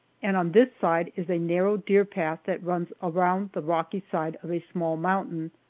and on this side is a narrow deer path that runs around the rocky side of a small mountain.